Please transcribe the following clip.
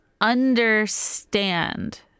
understand